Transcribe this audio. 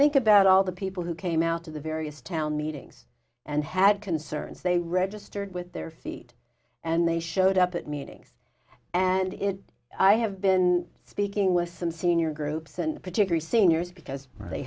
think about all the people who came out of the various town meetings and had concerns they registered with their feet and they showed up at meetings and it i have been speaking with some senior groups and particularly seniors because they